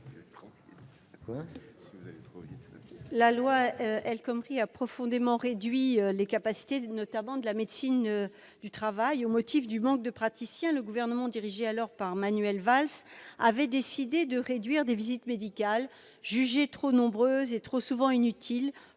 La loi El Khomri a profondément réduit les capacités de la médecine du travail. Au motif du manque de praticiens, le gouvernement dirigé par Manuel Valls avait décidé de réduire des visites médicales jugées trop nombreuses et trop souvent inutiles,